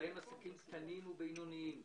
בהם עסקים קטנים ובינוניים,